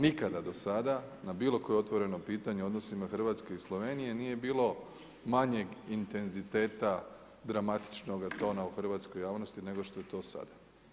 Nikada do sada, na bilo koje otvoreno pitanje u odnosima Hrvatske i Slovenije nije bilo manjeg intenziteta, dramatičnoga tona u hrvatskoj javnosti nego što je to sada.